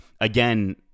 again